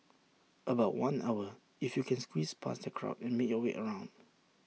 about one hour if you can squeeze past the crowd and make your way around